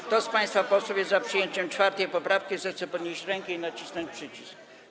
Kto z państwa posłów jest za przyjęciem 4. poprawki, zechce podnieść rękę i nacisnąć przycisk.